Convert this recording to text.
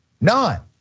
None